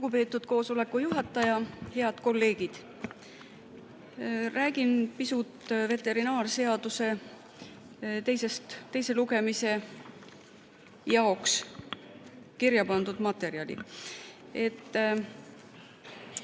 Lugupeetud koosoleku juhataja! Head kolleegid! Räägin pisut veterinaarseaduse eelnõu teise lugemise jaoks kirja pandud materjalist.